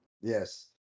Yes